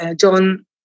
John